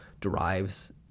derives